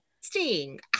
Sting